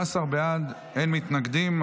16 בעד, אין מתנגדים.